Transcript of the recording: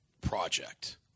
project